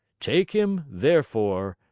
take him, therefore,